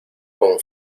con